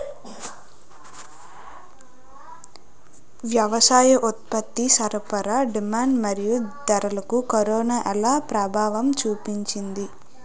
వ్యవసాయ ఉత్పత్తి సరఫరా డిమాండ్ మరియు ధరలకు కరోనా ఎలా ప్రభావం చూపింది